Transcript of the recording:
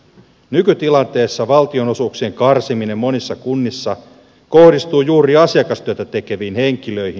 nykytilanteessa valtionosuuksien karsiminen monissa kunnissa kohdistuu juuri asiakastyötä tekeviin henkilöihin